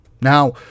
Now